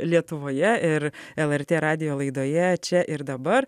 lietuvoje ir lrt radijo laidoje čia ir dabar